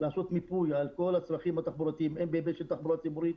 לעשות מיפוי על כל הצרכים התחבורתיים הן בהיבט של תחבורה ציבורית,